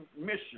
mission